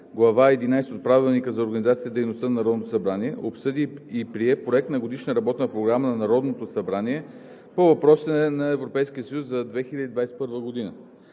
глава XI от Правилника за организацията и дейността на Народно събрание обсъди и прие Проект на Годишна работна програма на Народното събрание по въпросите на Европейския съюз за 2021 г.